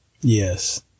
Yes